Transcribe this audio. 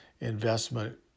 investment